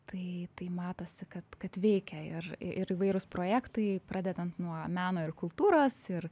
tai tai matosi kad kad veikia ir ir įvairūs projektai pradedant nuo meno ir kultūros ir